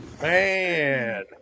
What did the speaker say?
Man